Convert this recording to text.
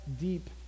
deep